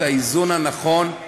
את האיזון הנכון,